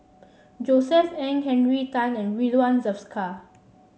Josef Ng Henry Tan and Ridzwan Dzafir